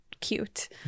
cute